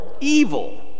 evil